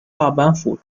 大阪府